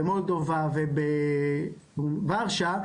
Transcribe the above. במולדובה ובוורשה,